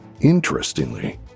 Interestingly